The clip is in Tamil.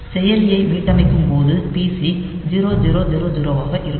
செயலியை மீட்டமைக்கும் போது பிசி 0000 ஆக இருக்கும்